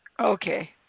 Okay